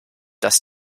dass